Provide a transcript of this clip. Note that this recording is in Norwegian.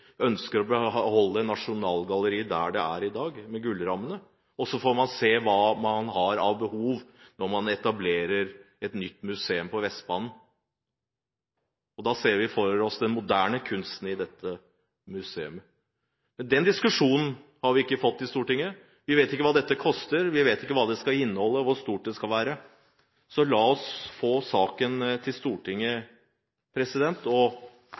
ønsker å beholde Nasjonalgalleriet der det er i dag, med gullrammene, og så får man se hva man har av behov når man etablerer et nytt museum på Vestbanen. Da ser vi for oss den moderne kunsten i dette museet. Men den diskusjonen har vi ikke fått i Stortinget. Vi vet ikke hva dette koster, vi vet ikke hva det skal inneholde, og hvor stort det skal være. Så la oss få saken til Stortinget, og sørg for at alt blir belyst, og